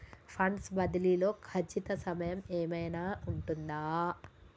Funds బదిలీ లో ఖచ్చిత సమయం ఏమైనా ఉంటుందా?